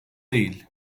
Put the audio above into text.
değil